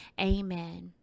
Amen